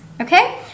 Okay